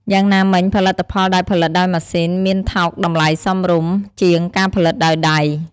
យ៉ាងណាមិញផលិតផលដែលផលិតដោយម៉ាស៊ីនមានថោកតម្លៃសមរម្យជាង ការផលិតដោយដៃ។